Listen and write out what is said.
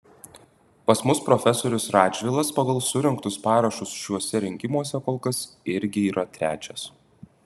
pas mus profesorius radžvilas pagal surinktus parašus šiuose rinkimuose kol kas irgi yra trečias